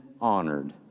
honored